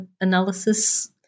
analysis